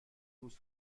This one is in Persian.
روز